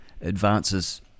advances